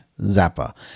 Zappa